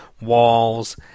walls